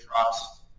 trust